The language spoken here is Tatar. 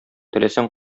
теләсәң